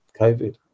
COVID